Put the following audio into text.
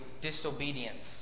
disobedience